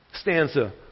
Stanza